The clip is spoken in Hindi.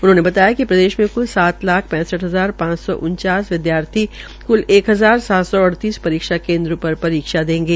उन्होंने बताया कि प्रदेश में कुल सात लाख पैंसठ हजार पांच सौ उनचास विदयार्थी कुल एक हजार सात सौ अड़तीस परीक्षा केन्द्रों पर परीक्षा देंगे